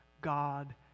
God